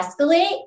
escalate